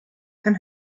can